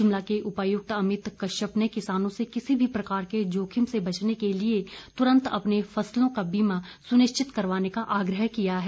शिमला के उपायुक्त अमित कश्यप ने किसानों से किसी भी प्रकार के जोखिम से बचने के लिए तूरंत अपनी फसलों का बीमा सुनिश्चित करवाने का आग्रह किया है